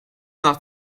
nach